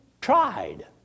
tried